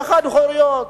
בחד-הוריות,